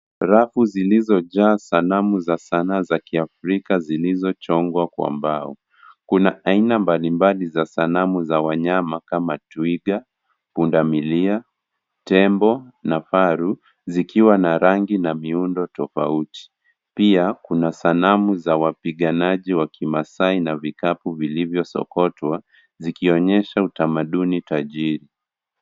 Rafu zilizojaa sanamu za sanaa za kiafrika zilizochongwa kwa mbao. Kuna aina mbalimbali za sanamu za wanyama kama twiga, pundamilia, tembo na faru, zikiwa na rangi na miundo tofauti. Pia kuna sanamu za wapinganaji wa kimasai na vikapu vilivyosokotwa, zikionyesha utamaduni tajiri.